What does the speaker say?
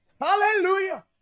hallelujah